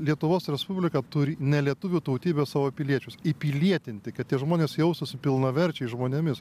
lietuvos respublika turi nelietuvių tautybės savo piliečius įpilietinti kad tie žmonės jaustųsi pilnaverčiais žmonėmis